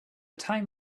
time